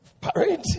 parade